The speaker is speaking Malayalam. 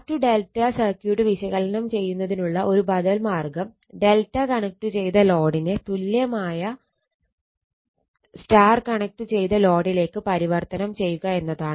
Y ∆ സർക്യൂട്ട് വിശകലനം ചെയ്യുന്നതിനുള്ള ഒരു ബദൽ മാർഗം ∆ കണക്റ്റു ചെയ്ത ലോഡിനെ തുല്യമായ Y കണക്റ്റു ചെയ്ത ലോഡിലേക്ക് പരിവർത്തനം ചെയ്യുക എന്നതാണ്